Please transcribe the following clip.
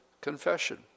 confession